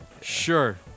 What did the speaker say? Sure